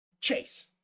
chase